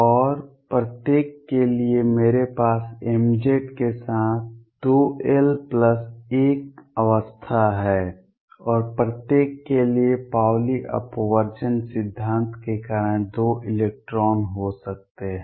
और प्रत्येक के लिए मेरे पास mZ के साथ 2l1 अवस्था हैं और प्रत्येक के लिए पाउली अपवर्जन सिद्धांत के कारण दो इलेक्ट्रॉन हो सकते हैं